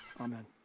Amen